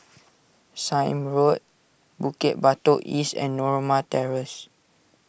Sime Road Bukit Batok East and Norma Terrace